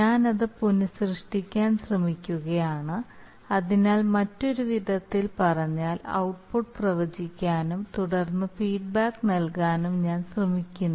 ഞാൻ അത് പുനസൃഷ്ടിക്കാൻ ശ്രമിക്കുകയാണ് അതിനാൽ മറ്റൊരു വിധത്തിൽ പറഞ്ഞാൽ ഔട്ട്പുട്ട് പ്രവചിക്കാനും തുടർന്ന് ഫീഡ്ബാക്ക് നൽകാനും ഞാൻ ശ്രമിക്കുന്നു